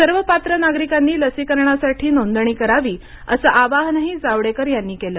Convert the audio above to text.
सर्व पात्र नागरिकांनी लसीकरणासाठी नोंदणी करावी असं आवाहनही जावडेकर यांनी केलं